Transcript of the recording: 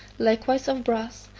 likewise of brass,